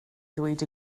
ddweud